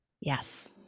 Yes